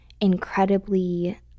incredibly